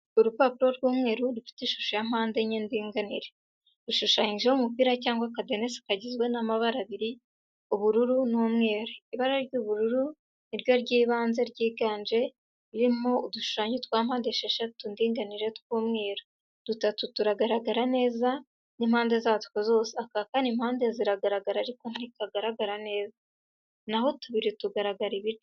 Urupapuro rw'umweru rufite ishusho ya mpandenye ndinganire. Rushushanyijeho, umupira cyangwa akadenesi kagizwe n'amabara abiri: ubururu n'umweru. Ibara ry'ubururu ni ryo ry'ibanze, ryiganje, ririmo udushushanyo twa mpandesheshatu ndinganire tw'umweru, dutatu turagaragara neza n'impande zatwo zose, aka kane impande ziragaragaraa ariko ntikagaragara neza, na ho tubiri, tugaragara ibice.